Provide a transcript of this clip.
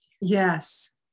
Yes